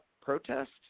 protest